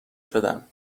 شدم